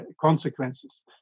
consequences